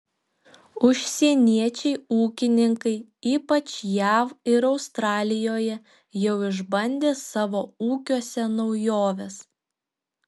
užsieniečiai ūkininkai ypač jav ir australijoje jau išbandė savo ūkiuose naujoves